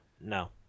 no